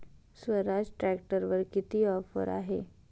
स्वराज ट्रॅक्टरवर किती ऑफर आहे?